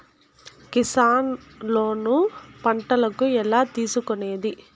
Kisan loan పంటలకు ఎలా తీసుకొనేది?